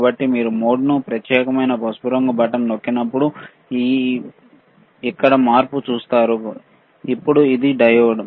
కాబట్టి మీరు మోడ్ను ప్రత్యేకమైన పసుపు రంగు బటన్ నొక్కినప్పుడు ఈ మీరు ఇక్కడ మార్పు చూస్తారు ఇప్పుడు అది డయోడ్